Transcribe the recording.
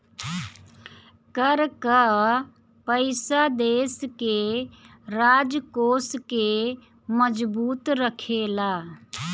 कर कअ पईसा देस के राजकोष के मजबूत रखेला